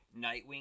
Nightwing